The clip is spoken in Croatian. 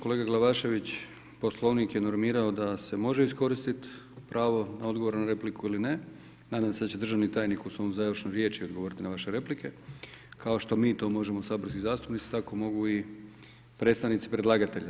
Kolega Glavašević, Poslovnik je normirao da se može iskoristit pravo na odgovor na repliku ili ne, nadam se da će državni tajnik u svojoj završnoj riječi odgovoriti na vaše replike kao što mi to možemo saborski zastupnici tako mogu i predstavnici predlagatelja.